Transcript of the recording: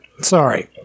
Sorry